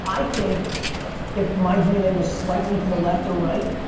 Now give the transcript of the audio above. i think if my dna was slightly to the left or right,